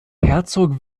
herzog